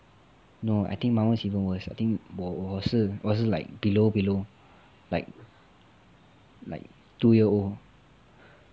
no I think my [one] is even worse I think 我我是我是 like below below like like two year old